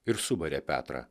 ir subarė petrą